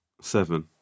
Seven